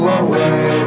away